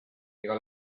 ega